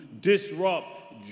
disrupt